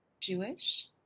Jewish